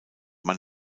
man